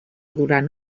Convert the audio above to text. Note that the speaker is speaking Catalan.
durant